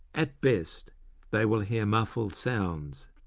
at best they will hear muffled sounds.